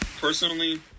personally